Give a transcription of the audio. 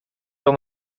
dan